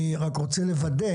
אני רק רוצה לוודא